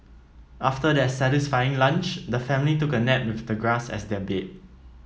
after their satisfying lunch the family took a nap with the grass as their bed